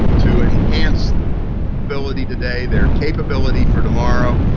to enhance their ability today, their capability for tomorrow.